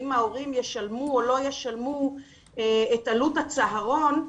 ההורים ישלמו או לא ישלמו את עלות הצהרון,